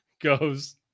goes